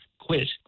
quit